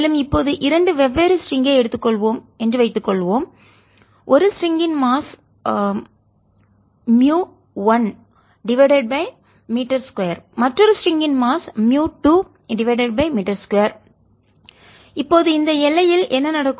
மேலும் இப்போது இரண்டு வெவ்வேறு ஸ்ட்ரிங் ஐ எடுத்துக்கொள்வோம் என்று வைத்துக்கொள்வோம் ஒரு ஸ்ட்ரிங்க்கின் மாஸ் நிறை mu 1m2மற்றோரு ஸ்ட்ரிங்க்கின் மாஸ் நிறை mu 2m2 இப்போது இந்த எல்லையில் என்ன நடக்கும்